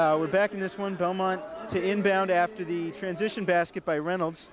were back in this one belmont to inbound after the transition basket by reynolds